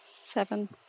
Seven